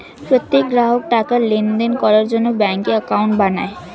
প্রত্যেক গ্রাহক টাকার লেনদেন করার জন্য ব্যাঙ্কে অ্যাকাউন্ট বানায়